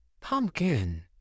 Pumpkin